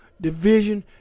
Division